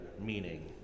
meaning